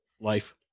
life